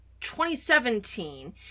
2017